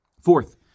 Fourth